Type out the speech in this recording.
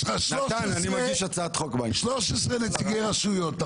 יש לך 13 נציגי רשויות,